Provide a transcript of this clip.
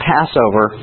Passover